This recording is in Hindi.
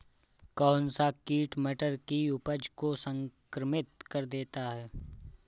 कौन सा कीट मटर की उपज को संक्रमित कर देता है?